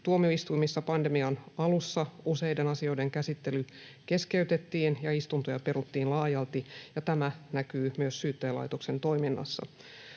Tuomioistuimissa pandemian alussa useiden asioiden käsittely keskeytettiin ja istuntoja peruttiin laajalti, ja tämä näkyy myös Syyttäjälaitoksen toiminnassa.